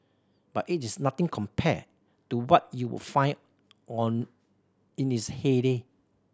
but it is nothing compared to what you would find on in its heyday